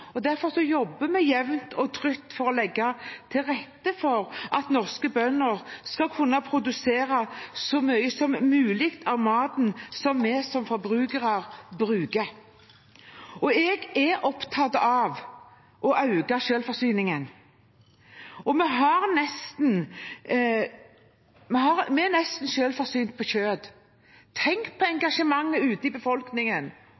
opposisjon. Derfor jobber vi jevnt og trutt for å legge til rette for at norske bønder skal kunne produsere så mye som mulig av maten vi som forbrukere bruker. Jeg er opptatt av å øke selvforsyningen, og vi er nesten selvforsynt med kjøtt. Tenk på engasjementet ute i befolkningen og i våre statskanaler når vi har overproduksjon og ting henger på